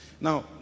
Now